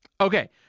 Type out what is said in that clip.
Okay